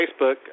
Facebook